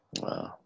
wow